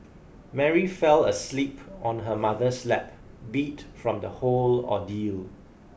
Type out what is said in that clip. Mary fell asleep on her mother's lap beat from the whole ordeal